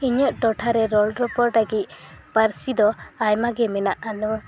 ᱤᱧᱟᱹᱜ ᱴᱚᱴᱷᱟ ᱨᱮ ᱨᱚᱲ ᱨᱚᱯᱚᱲ ᱞᱟᱹᱜᱤᱫ ᱯᱟᱹᱨᱥᱤ ᱫᱚ ᱟᱭᱢᱟ ᱜᱮ ᱢᱮᱱᱟᱜᱼᱟ